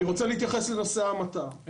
אני רוצה להתייחס לנושא ההמתה.